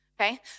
okay